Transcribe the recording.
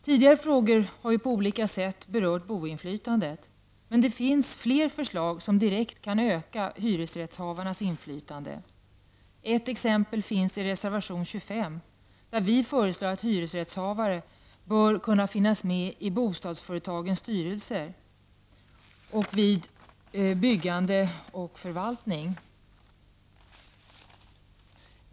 Tidigare i debatten behandlade frågor har på olika sätt berört boendeinflytandet, men det finns fler förslag som direkt kan öka hyresrättshavarnas inflytande. Ett exempel härpå finns i reservation nr 25, där vi föreslår att hyresrättshavare bör kunna finnas med i bostadsföretagens styrelser samt vid byggande och förvaltning.